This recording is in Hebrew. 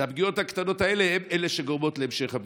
שהפגיעות הקטנות האלה הן שגורמות להמשך הפגיעות.